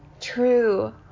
True